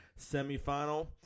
semifinal